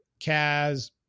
Kaz